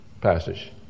passage